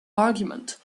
argument